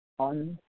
on